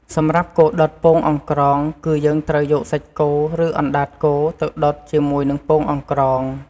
សម្រាប់គោដុតពងអង្រ្កង គឺយើងត្រូវយកសាច់គោ ឬអណ្តាតគោទៅដុតជាមួយនឹងពងអង្រ្កង។